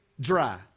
dry